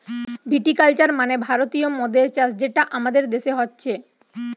ভিটি culture মানে ভারতীয় মদের চাষ যেটা আমাদের দেশে হচ্ছে